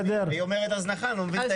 היא אומרת הזנחה, אני לא מבין את ההגיון.